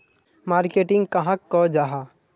Marketing कहाक को जाहा?